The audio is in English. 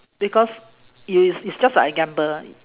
because it is it's just like a gamble